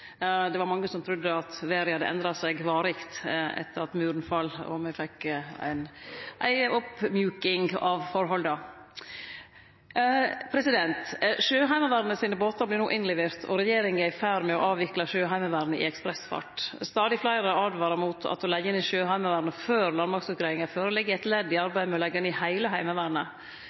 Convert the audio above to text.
Det var mange som trudde at vêret hadde endra seg varig etter at Muren fall og me fekk ei oppmjuking av forholda. Sjøheimevernet sine båtar vert no innleverte, og regjeringa er i ferd med å avvikle Sjøheimevernet i ekspressfart. Stadig fleire åtvarar mot at å leggje ned Sjøheimevernet før landmaktsutgreiinga ligg føre, er eit ledd i å leggje ned heile Heimevernet.